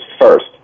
first